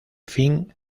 fin